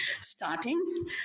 starting